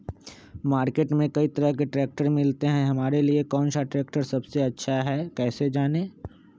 Market में कई तरह के ट्रैक्टर मिलते हैं हमारे लिए कौन सा ट्रैक्टर सबसे अच्छा है कैसे जाने?